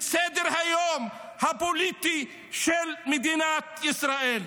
את סדר-היום הפוליטי של מדינת ישראל.